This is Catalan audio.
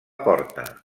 porta